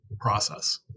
process